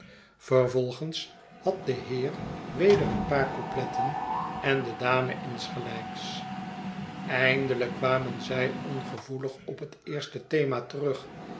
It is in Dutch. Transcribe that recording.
vervolgens had de heer weder een paai coupletten en de dame insgelijks eindelijk kwamen zij ongevoelig op het eerste thema terug